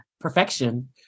perfection